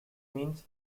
means